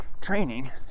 training